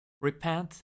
Repent